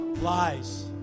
Lies